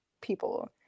people